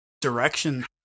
direction